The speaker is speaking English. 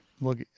Look